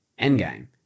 Endgame